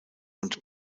und